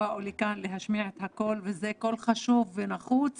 שבאו לכאן להשמיע את הקול וזה קול חשוב ונחוץ